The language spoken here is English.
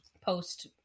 Post